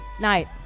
Night